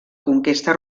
conquesta